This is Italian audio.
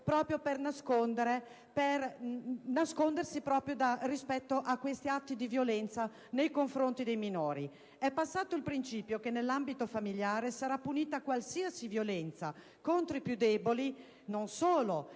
proprio per nascondersi rispetto a questi atti di violenza nei confronti dei minori. È passato il principio per cui nell'ambito familiare sarà punita qualsiasi violenza contro i più deboli; non solo,